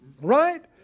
Right